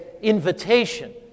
invitation